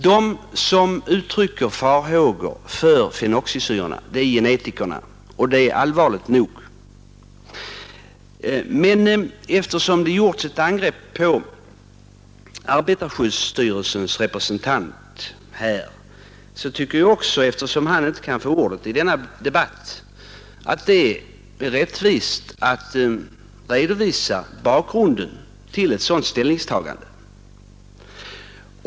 De som uttrycker farhågor för fenoxisyrorna är genetikerna, och det är allvarligt nog. Eftersom det här gjorts ett angrepp på arbetarskydds styrelsens representant, tycker jag, eftersom han inte kan få ordet i denna debatt, att det är rättvist att redovisa bakgrunden till hans ställningstagande.